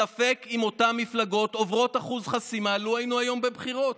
ספק אם אותן מפלגות היו עוברות את אחוז החסימה לו היינו היום בבחירות.